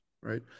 right